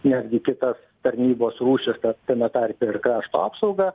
netgi kitas tarnybos rūšis tame tarpe ir krašto apsaugą